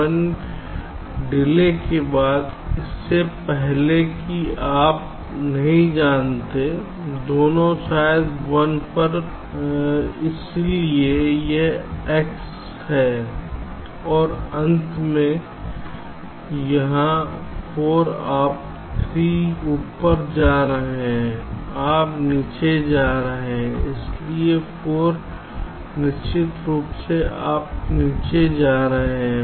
1 delay के बाद इससे पहले कि आप नहीं जानते दोनों शायद 1 पर इसलिए यह x है और अंत में यहां 4 आप 3 ऊपर जा रहे हैं आप नीचे जा रहे हैं इसलिए 4 निश्चित रूप से आप नीचे जा रहे हैं